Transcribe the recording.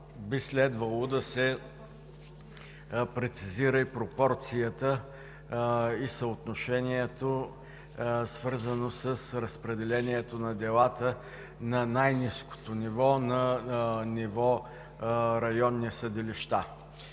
би следвало да се прецизира пропорцията и съотношението, свързано с разпределението на делата на най-ниското ниво – районните съдилища.